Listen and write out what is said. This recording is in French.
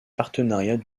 partenariats